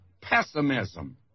pessimism